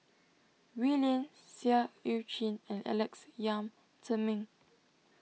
Wee Lin Seah Eu Chin and Alex Yam Ziming